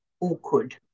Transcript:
awkward